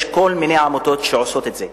יש כל מיני עמותות שעושות את זה,